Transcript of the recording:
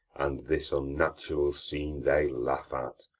and this unnatural scene they laugh at.